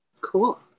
Cool